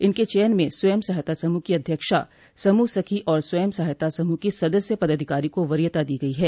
इनके चयन में स्वयं सहायता समूह की अध्यक्षा समूह सखी और स्वयं सहायता समूह की सदस्य पदाधिकारी को वरीयता दी गई है